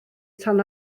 tan